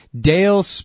Dale